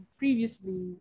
previously